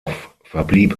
verblieb